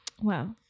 wow